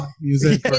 music